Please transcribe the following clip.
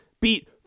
beat